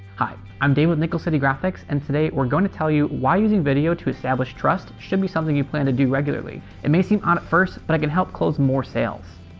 hi i'm dave with nickel city graphics and today we're going to tell you why using video to establish trust should be something you plan to do regularly. it may seem odd at first but it can help close more sales.